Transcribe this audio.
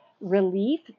relief